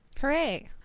hooray